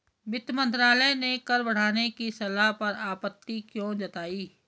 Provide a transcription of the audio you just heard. वित्त मंत्रालय ने कर बढ़ाने की सलाह पर आपत्ति क्यों जताई?